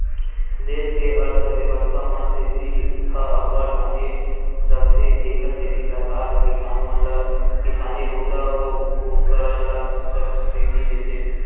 देस के अर्थबेवस्था म कृषि ह अब्बड़ मायने राखथे तेखर सेती सरकार ह किसान मन ल किसानी बूता अउ उपकरन म सब्सिडी देथे